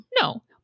No